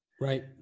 right